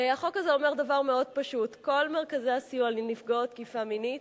החוק הזה אומר דבר מאוד פשוט: כל מרכזי הסיוע לנפגעות תקיפה מינית,